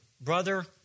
brother